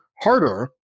harder